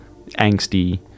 angsty